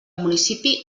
municipi